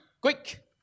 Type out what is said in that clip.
Quick